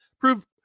Prove